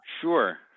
Sure